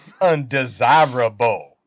undesirable